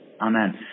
Amen